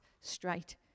straight